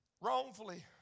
wrongfully